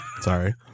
Sorry